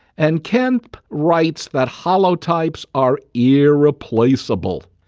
and kemp writes that holotypes are irreplaceable.